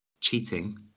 cheating